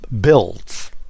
builds